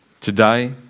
Today